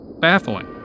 baffling